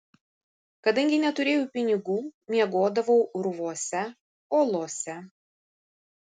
kadangi neturėjau pinigų miegodavau urvuose olose